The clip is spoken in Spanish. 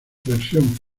versión